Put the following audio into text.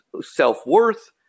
self-worth